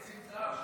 שיתייעץ עם טראמפ.